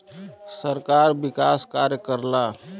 सरकार विकास कार्य करला